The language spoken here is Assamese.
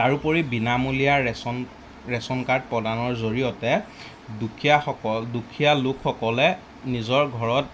তাৰোপৰি বিনামূলীয়া ৰেচন ৰেচন কাৰ্ড প্ৰদানৰ জৰিয়তে দুখীয়াসকল দুখীয়া লোকসকলে নিজৰ ঘৰত